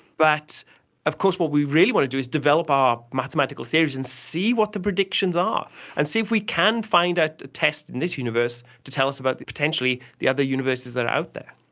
but of course what we really want to do is develop our mathematical theories and see what the predictions are and see if we can find out a test in this universe to tell us about potentially the other universes that are out there.